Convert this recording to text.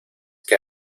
que